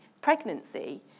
pregnancy